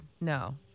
no